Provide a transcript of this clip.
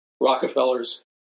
Rockefeller's